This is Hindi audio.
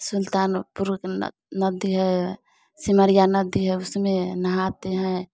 सुल्तानपुर न नदी है सिमरिया नदी है उसमें नहाते हैं